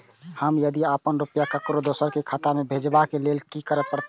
हम यदि अपन रुपया ककरो दोसर के खाता में भेजबाक लेल कि करै परत?